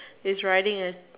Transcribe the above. is riding a